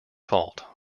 fault